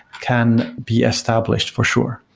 can be established for sure.